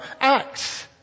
Acts